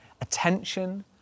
attention